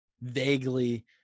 vaguely